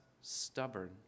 stubborn